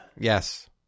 Yes